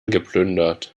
geplündert